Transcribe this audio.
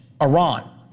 Iran